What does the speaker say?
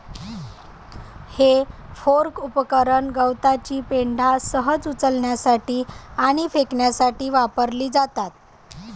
हे फोर्क उपकरण गवताची पेंढा सहज उचलण्यासाठी आणि फेकण्यासाठी वापरली जातात